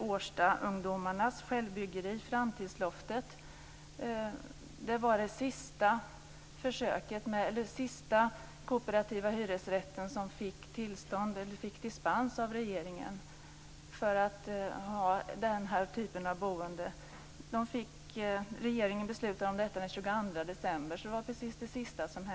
Årstaungdomarnas självbyggeri Framtidsloftet var det sista försöket med kooperativa hyresrätter som fick regeringens dispens. Regeringen fattade sitt beslut den 22 september.